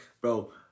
bro